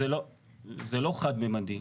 זה לא חד ממדי.